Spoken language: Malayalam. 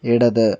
ഇടത്